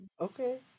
Okay